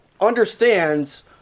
understands